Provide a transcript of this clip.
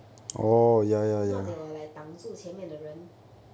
if not they will like 当住前面的人